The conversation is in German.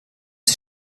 die